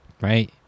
right